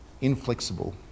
inflexible